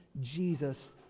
Jesus